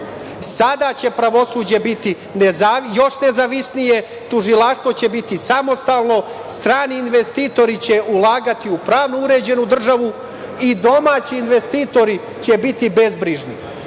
će pravosuđe biti još nezavisnije, tužilaštvo će biti samostalno, strani investitori će ulagati u pravno uređenu državu i domaći investitori će biti bezbrižni